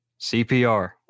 CPR